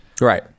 right